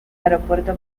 aeropuerto